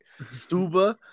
Stuba